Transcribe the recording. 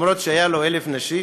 אפילו שהיו לו 1,000 נשים?